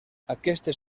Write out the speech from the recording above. aquestes